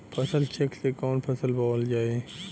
फसल चेकं से कवन फसल बोवल जाई?